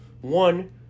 one